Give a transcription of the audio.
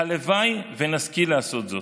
הלוואי שנשכיל לעשות זאת.